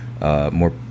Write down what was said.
more